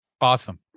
Awesome